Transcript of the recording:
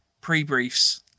pre-briefs